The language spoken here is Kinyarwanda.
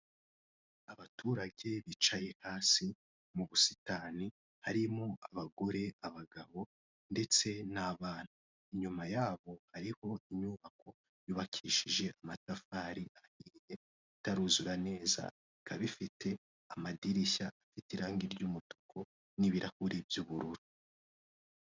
Abaturage bicaye hasi mu busitani harimo abagore ,abagabo ndetse n'abana inyuma yabo hariho inyubako yubakishije amatafari itaruzura neza ikaba ifite amadirishya afite irangi ry'umutuku n'ibirahuri by'ubururu ,